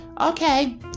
Okay